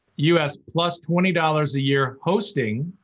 us, plus twenty dollars a year hosting,